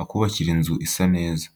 akubakire inzu isa neza.